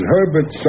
Herbert